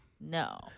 no